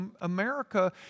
America